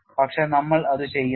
പക്ഷെ നമ്മൾ അത് ചെയ്യുന്നു